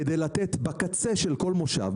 כדי לתת בקצה של כל מושב,